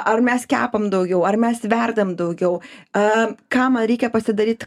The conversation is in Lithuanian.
ar mes kepam daugiau ar mes verdam daugiau a kam reikia pasidaryt